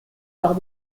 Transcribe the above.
par